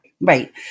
right